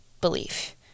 belief